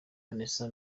vanessa